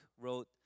wrote